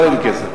לא יעלה לי כסף.